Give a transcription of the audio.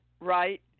right